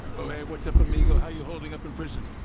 oh, hey, what's up, amigo. how you holding up in prison?